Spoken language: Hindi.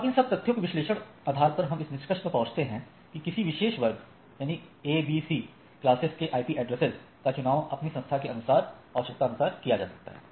अब इन सब तथ्यों के विश्लेषण आधार पर हम इस निष्कर्ष पर पहुंचे हैं कि किसी विशेष वर्ग A B C क्लास के ईआईपी ऐड्रेस का चुनाव अपनी संस्था के आवश्यकतानुसार किया जाता है